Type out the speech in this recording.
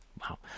Wow